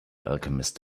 alchemist